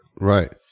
right